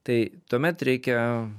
tai tuomet reikia